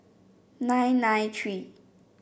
nine nine three